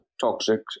toxic